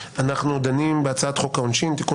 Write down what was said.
אנחנו דנים בהצעת חוק העונשין (תיקון